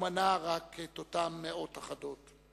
ומנה רק את אותן מאות אחדות.